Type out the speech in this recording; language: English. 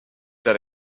that